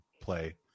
play